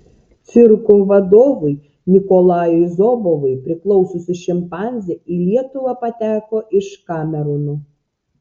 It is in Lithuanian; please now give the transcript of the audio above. cirko vadovui nikolajui zobovui priklausiusi šimpanzė į lietuvą pateko iš kamerūno